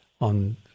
on